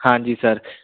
ਹਾਂਜੀ ਸਰ